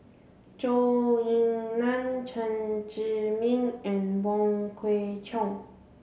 Zhou Ying Nan Chen Zhiming and Wong Kwei Cheong